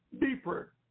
deeper